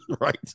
right